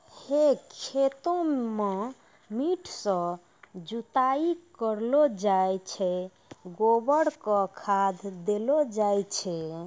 है खेतों म ठीक सॅ जुताई करलो जाय छै, गोबर कॅ खाद देलो जाय छै